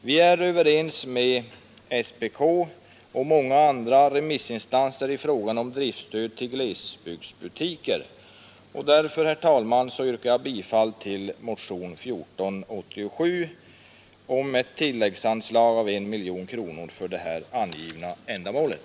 Vi är överens med SPK och många andra remissinstanser i fråga om driftstöd till glesbygdsbutiker, och därför, herr talman, yrkar jag bifall till motionen 1487 om ett tilläggsanslag av 1 miljon kronor för det här angivna ändamålet.